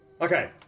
Okay